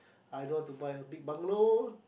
I don't want to buy a big Bunglow